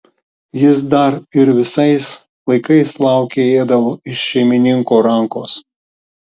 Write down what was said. jis dar ir visais laikais laukė ėdalo iš šeimininko rankos